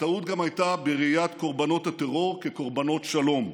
הטעות גם הייתה בראיית קורבנות הטרור כקורבנות שלום.